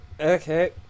Okay